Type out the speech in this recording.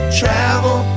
travel